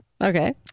Okay